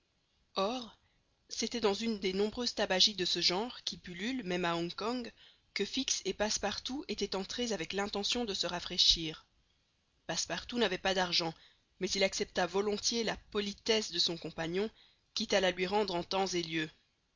or c'était dans une des nombreuses tabagies de ce genre qui pullulent même à hong kong que fix et passepartout étaient entrés avec l'intention de se rafraîchir passepartout n'avait pas d'argent mais il accepta volontiers la politesse de son compagnon quitte à la lui rendre en temps et lieu